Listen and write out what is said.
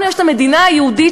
לנו יש המדינה היהודית,